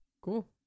Cool